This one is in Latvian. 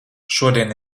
šodien